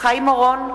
אורון,